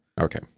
Okay